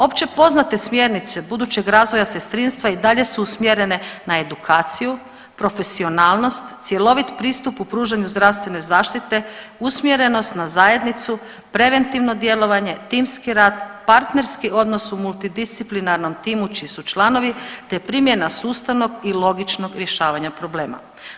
Opće poznate smjernice budućeg razvoja sestrinstva i dalje su usmjerene na edukaciju, profesionalnost, cjelovit pristup u pružanju zdravstvene zaštite, usmjerenost na zajednicu, preventivno djelovanje, timski rad, partnerski odnos u multidisciplinarnom timu čiji su članovi, te primjena sustavnog i logičnog rješavanja problema.